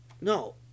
no